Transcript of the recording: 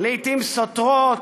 לעיתים סותרות,